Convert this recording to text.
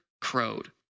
crowed